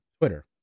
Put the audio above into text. twitter